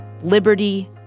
liberty